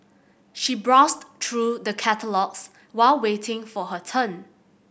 she browsed through the catalogues while waiting for her turn